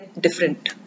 different